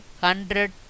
hundred